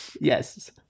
Yes